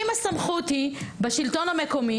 אם הסמכות בשלטון המקומי,